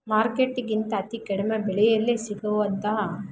ಮಾರ್ಕೆಟ್ಟಿಗಿಂತ ಅತಿ ಕಡಿಮೆ ಬೆಲೆಯಲ್ಲೆ ಸಿಗುವಂತಹ